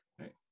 right